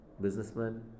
businessman